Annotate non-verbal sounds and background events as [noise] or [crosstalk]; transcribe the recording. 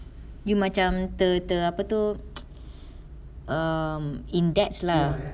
you macam ter~ ter~ apa tu [noise] um in debts lah